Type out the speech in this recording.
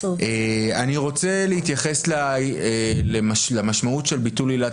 אני רוצה להתייחס למשמעות של ביטול עילת